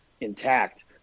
intact